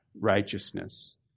righteousness